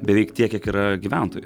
beveik tiek kiek yra gyventojų